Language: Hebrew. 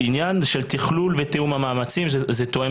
העניין של תכלול ותיאום המאמצים תואם